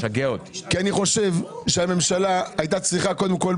כי אני חושב שהממשלה הייתה צריכה קודם כל,